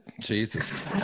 Jesus